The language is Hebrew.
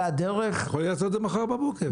הדרך --- אפשר לעשות את זה מחר בבוקר.